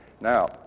Now